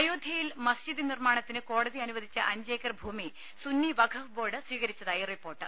അയോധ്യയിൽ മസ്ജിദ് നിർമ്മാണത്തിന് കോടതി അനുവ ദിച്ച അഞ്ചേക്കർ ഭൂമി സുന്നി വഖഫ് ബോർഡ് സ്വീകരിച്ചതായി റിപ്പോർട്ട്